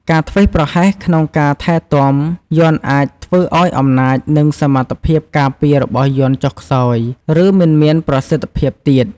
ការធ្វេសប្រហែសក្នុងការថែទាំ យ័ន្តអាចធ្វើឱ្យអំណាច និងសមត្ថភាពការពាររបស់យន្តចុះខ្សោយ ឬមិនមានប្រសិទ្ធភាពទៀត។